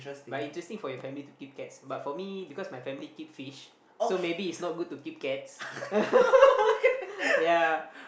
but interesting for your family to keep cats but for me because my family keep fish so maybe it's not good to keep cats ya